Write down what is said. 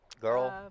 Girl